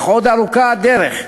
אך עוד ארוכה הדרך,